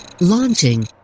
Launching